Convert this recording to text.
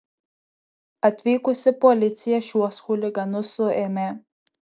atvykusi policija šiuos chuliganus suėmė